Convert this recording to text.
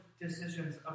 decisions